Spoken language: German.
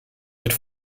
mit